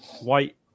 white